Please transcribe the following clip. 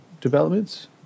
developments